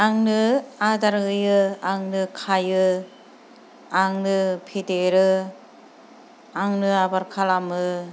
आंनो आदार होयो आंनो खायो आंनो फेदेरो आंनो आबोर खालामो